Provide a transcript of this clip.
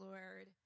Lord